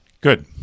Good